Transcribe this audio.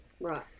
Right